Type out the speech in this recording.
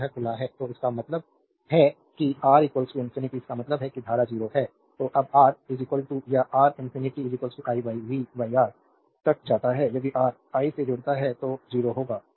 और यह खुला है तो इसका मतलब है कि आर इंफिनिटी इसका मतलब है कि धारा 0 है तो जब R या R infinity i v R तक जाता है यदि R I से जुड़ता है तो 0 होगा